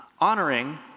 Honoring